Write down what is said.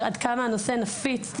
עד כמה הנושא נפיץ,